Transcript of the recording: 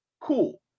cool